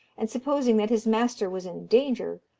and supposing that his master was in danger,